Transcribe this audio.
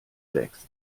wächst